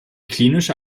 klinische